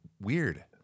weird